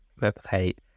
replicate